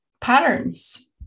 patterns